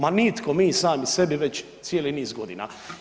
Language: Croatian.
Ma nitko, mi sami sebi već cijeli niz godina.